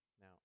Now